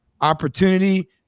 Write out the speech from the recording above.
opportunity